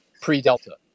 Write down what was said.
pre-Delta